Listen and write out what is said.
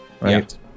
right